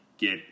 get